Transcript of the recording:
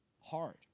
hard